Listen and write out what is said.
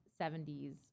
70s